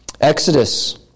Exodus